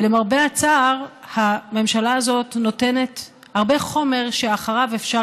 ולמרבה הצער הממשלה הזאת נותנת הרבה חומר שאחריו אפשר